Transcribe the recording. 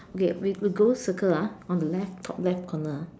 okay we we go circle ah on the left top left corner ah